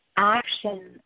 Action